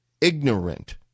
ignorant